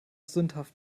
sündhaft